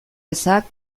ezak